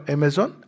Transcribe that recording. Amazon